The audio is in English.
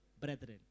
brethren